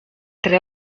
tre